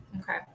Okay